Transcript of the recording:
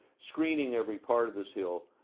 screening every part of this hill.